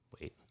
Wait